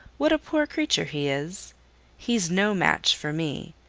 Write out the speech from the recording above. what a poor creature he is he's no match for me,